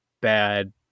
bad